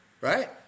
Right